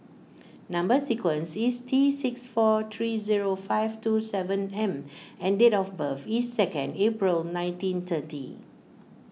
Number Sequence is T six four three zero five two seven M and date of birth is second April nineteen thirty